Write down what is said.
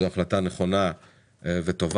זו החלטה נכונה וטובה.